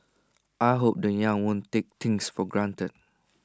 I hope the young won't take things for granted